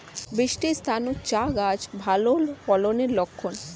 বৃষ্টিস্নাত চা গাছ ভালো ফলনের লক্ষন